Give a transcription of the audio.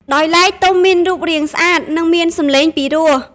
ដោយឡែកទំុមានរូបរាងស្អាត និងមានសំឡេងពីរោះ។